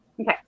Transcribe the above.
Okay